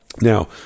Now